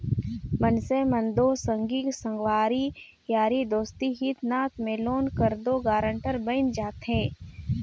मइनसे मन दो संगी संगवारी यारी दोस्ती हित नात में लोन कर दो गारंटर बइन जाथे